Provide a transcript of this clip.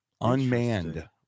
Unmanned